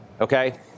okay